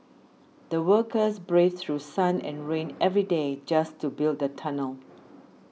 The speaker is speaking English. the workers braved through sun and rain every day just to build the tunnel